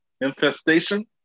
infestation